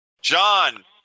john